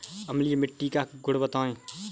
अम्लीय मिट्टी का गुण बताइये